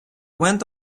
went